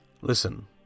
Listen